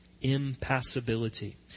Impassibility